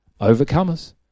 Overcomers